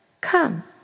come